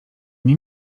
nie